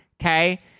okay